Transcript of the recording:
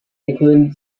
include